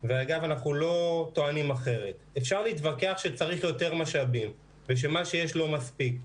שצריך יותר משאבים ואנחנו לא טוענים אחרת ושמה שיש לא מספיק.